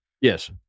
Yes